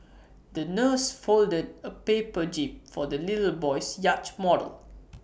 the nurse folded A paper jib for the little boy's yacht model